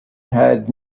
had